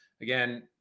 Again